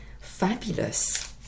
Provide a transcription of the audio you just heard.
Fabulous